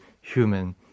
human